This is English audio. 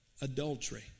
adultery